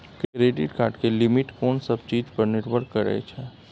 Credit card के limit कोन सब चीज पर निर्भर करै छै?